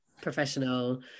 professional